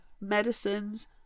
medicines